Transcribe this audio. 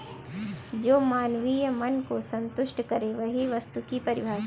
जो मानवीय मन को सन्तुष्ट करे वही वस्तु की परिभाषा है